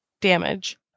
damage